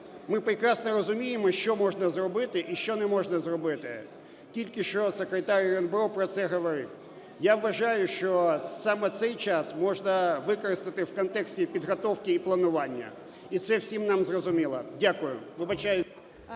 Ми прекрасно розуміємо, що можна зробити і що не можна зробити, тільки що Секретар РНБО про це говорив. Я вважаю, що саме цей час можна використати в контексті підготовки і планування, і це всім нам зрозуміло. Дякую.